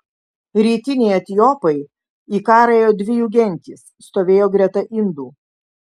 rytiniai etiopai į karą ėjo dvi jų gentys stovėjo greta indų